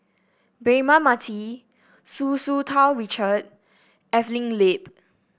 Braema Mathi Hu Tsu Tau Richard Evelyn Lip